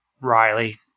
Riley